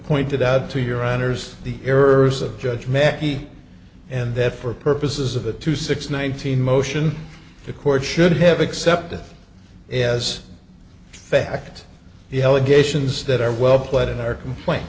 pointed out to your honor's the errors of judgment he and that for purposes of the two six nineteen motion the court should have accepted as fact the allegations that are well pled in our complain